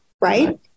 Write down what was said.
right